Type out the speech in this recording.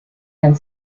and